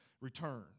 return